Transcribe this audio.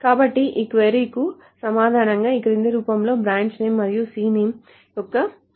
కాబట్టి ఈ క్వరీ కు సమాధానంగా ఈ క్రింది రూపంలో బ్రాంచ్ నేమ్ మరియు cname యొక్క గణన వలె కనిపిస్తుంది